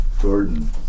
Jordan